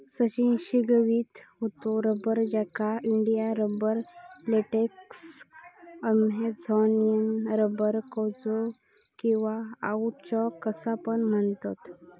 सचिन शिकवीत होतो रबर, ज्याका India rubber, latex, Amazonian rubber, कौचो किंवा काउचॉक असा पण म्हणतत